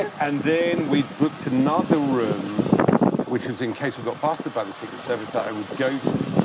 and then we booked another room which was in case we got busted by the secret service that i would go to,